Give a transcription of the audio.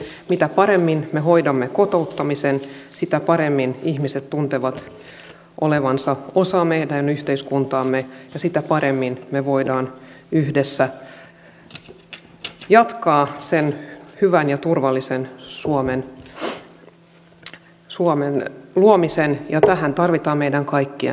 mitä paremmin me hoidamme kotouttamisen sitä paremmin ihmiset tuntevat olevansa osa meidän yhteiskuntaamme ja sitä paremmin me voimme yhdessä jatkaa hyvän ja turvallisen suomen luomista ja tähän tarvitaan meidän kaikkien tuki